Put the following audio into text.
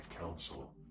Council